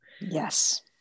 Yes